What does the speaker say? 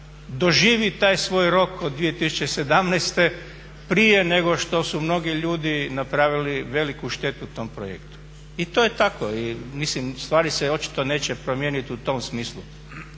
doživi taj svoj roko od 2017.prije nego što su mnogi ljudi napravili veliku štetu tom projektu. I to je tako i mislim stvari se očito neće promijeniti u tom smislu.